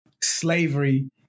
slavery